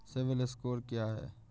CIBIL score क्या है?